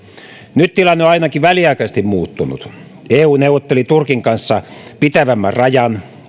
nyt tilanne on ainakin väliaikaisesti muuttunut eu neuvotteli turkin kanssa pitävämmän rajan